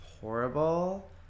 horrible